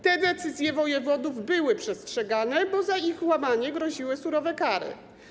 Te decyzje wojewodów były przestrzegane, bo za ich łamanie groziły surowe kary.